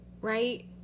right